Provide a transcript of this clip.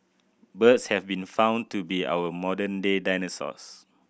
birds have been found to be our modern day dinosaurs